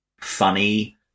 funny